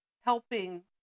helping